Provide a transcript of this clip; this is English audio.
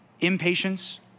impatience